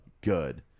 good